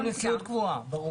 או נשיאות קבועה, ברור.